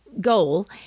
goal